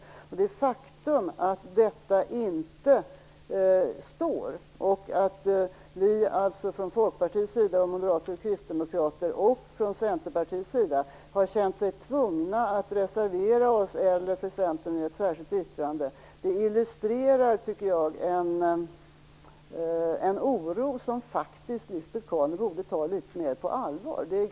Faktum är att detta inte står i texten, och att Folkpartiet, Moderaterna och Kristdemokraterna och även Centerpartiet har känt sig tvungna att reservera sig. Centerpartiet har avgett ett särskilt yttrande. Detta illustrerar en oro som Lisbet Calner faktiskt borde ta litet mer på allvar.